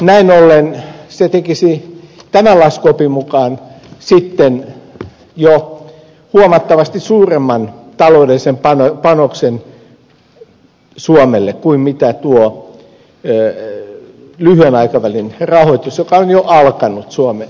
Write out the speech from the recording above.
näin ollen se tekisi tämän laskuopin mukaan sitten jo huomattavasti suuremman taloudellisen panoksen suomelle kuin mitä tuo lyhyen aikavälin rahoitus joka on jo alkanut suomen kohdalla